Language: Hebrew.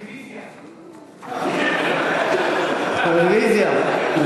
רוויזיה, רוויזיה.